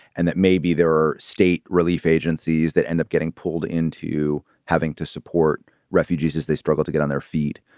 and that maybe there are state relief agencies that end up getting pulled into having to support refugees as they struggle to get on their feet,